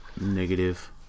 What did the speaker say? Negative